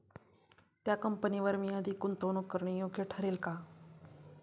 त्या कंपनीवर मी अधिक गुंतवणूक करणे योग्य ठरेल का?